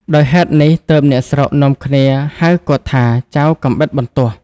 ដោយហេតុនេះទើបអ្នកស្រុកនាំគ្នាហៅគាត់ថា "ចៅកាំបិតបន្ទោះ"។